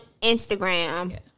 Instagram